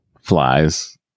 flies